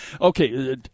Okay